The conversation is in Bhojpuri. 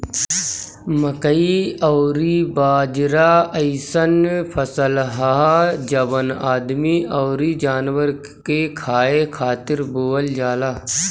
मकई अउरी बाजरा अइसन फसल हअ जवन आदमी अउरी जानवर के खाए खातिर बोअल जाला